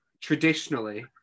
traditionally